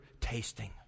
tasting